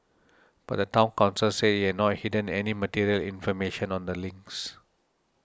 but the Town Council said it had not hidden any material information on the links